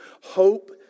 hope